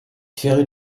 férue